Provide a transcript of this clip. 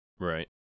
Right